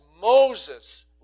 Moses